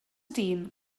dyn